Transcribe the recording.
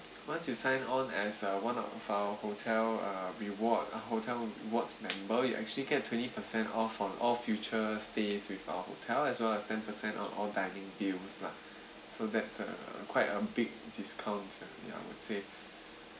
once you sign on as a one of our hotel uh reward uh hotel rewards member you actually get twenty percent off on all future stays with our hotel as well as ten percent on all dining deals lah so that's a quite a big discount ah ya I would say